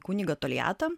kunigą tolijatą